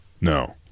No